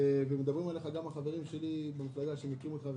מדברים עליך החברים שלי במפלגה שמכירים אותך,